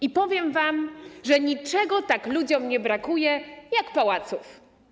i powiem wam, że niczego tak ludziom nie brakuje jak pałaców.